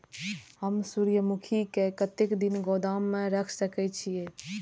हम सूर्यमुखी के कतेक दिन गोदाम में रख सके छिए?